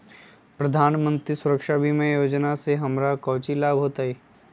प्रधानमंत्री सुरक्षा बीमा योजना से हमरा कौचि लाभ होतय?